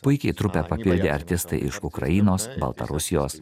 puikiai trupę papildė artistai iš ukrainos baltarusijos